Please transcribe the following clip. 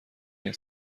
این